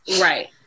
Right